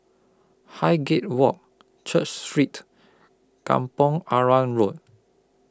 Highgate Walk Church Street Kampong Arang Road